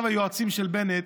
היועצים של בנט,